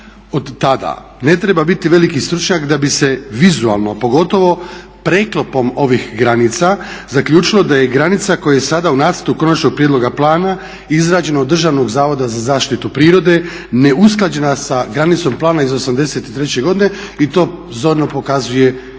Od tada ne treba biti veliki stručnjak da bi se vizualno, a pogotovo preklopom ovih granica zaključilo da je granica koja je sada u Nacrtu konačnog prijedloga plana izrađena od Državnog zavoda za zaštitu prirode neusklađena sa granicom plana iz '83. godine i to zorno pokazuje i ova